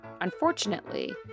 Unfortunately